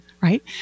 right